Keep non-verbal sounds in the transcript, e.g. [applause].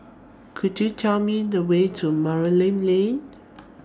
Could YOU Tell Me The Way to [unintelligible] Lane